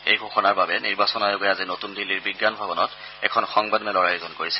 এই ঘোষণাৰ বাবে নিৰ্বাচন আয়োগে আজি নতুন দিল্লীৰ বিজ্ঞান ভৱনত এখন সংবাদ মেলৰ আয়োজন কৰিছে